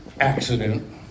accident